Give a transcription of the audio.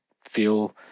feel